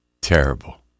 terrible